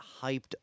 hyped